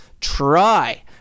try